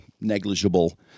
negligible